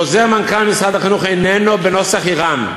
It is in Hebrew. חוזר מנכ"ל משרד החינוך איננו בנוסח איראן.